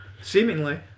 Seemingly